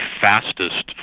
fastest